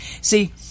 See